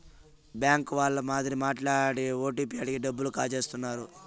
bank వాళ్ళ మాదిరి మాట్లాడి ఓటీపీ అడిగి డబ్బులు కాజేత్తన్నారు